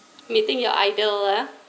meeting your idol ah